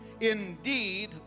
Indeed